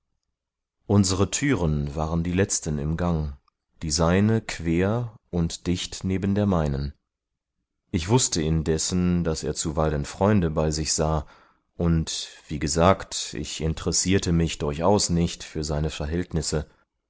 unsere türen waren die letzten im gang die seine quer und dicht neben der meinen ich wußte indessen daß er zuweilen freunde bei sich sah und wie gesagt ich interessierte mich durchaus nicht für seine verhältnisse